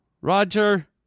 Roger